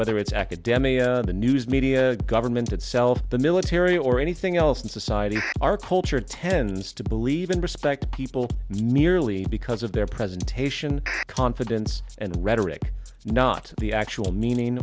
whether it's akademi the news media government itself the military or anything else in society our culture tends to believe and respect people merely because of their presentation confidence and rhetoric not the actual meaning